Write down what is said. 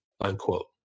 unquote